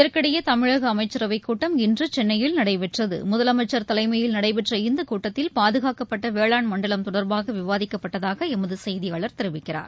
இதற்கிடையே தமிழக அமைச்சரவைக் கூட்டம் இன்று சென்னையில் நடைபெற்றது முதலனமச்சா் தலைமையில் நடைபெற்ற இந்த கூட்டத்தில் பாதுகாக்கப்பட்ட வேளாண் மண்டலம் தொடர்பாக விவாதிக்கப்பட்டதாக எமது செய்தியாளர் தெரிவிக்கிறார்